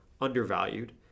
undervalued